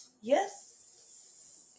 Yes